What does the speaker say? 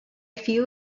few